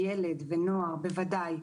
זה דיון